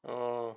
orh